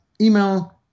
email